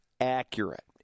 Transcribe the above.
accurate